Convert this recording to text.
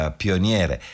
pioniere